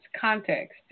context